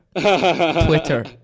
Twitter